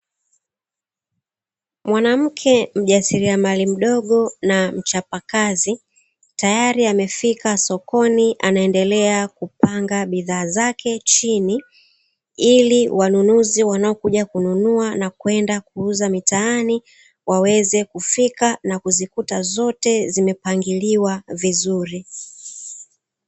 Mwanamke mjasiriamali mdogo na mchapakazi, tayari amefika sokoni anaendelea kupanga bidhaa zake chini, ili wanunuzi wanaokuja kununua na kwenda kuuza mitaani waweze kufika na kuzikuta zote zimepangiliwa vizuri.